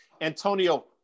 Antonio